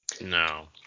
No